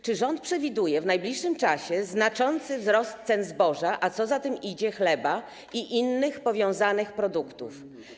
Czy rząd przewiduje w najbliższym czasie znaczący wzrost cen zboża, a co za tym idzie - chleba i innych powiązanych produktów?